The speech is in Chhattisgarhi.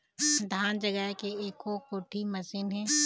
धान जगाए के एको कोठी मशीन हे?